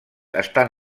estan